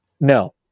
No